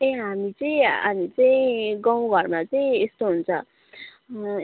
त्यही हामी चाहिँ हामी चाहिँ गाउँघरमा चाहिँ यस्तो हुन्छ